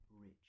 rich